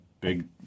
big